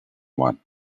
one